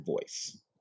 voice